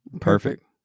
perfect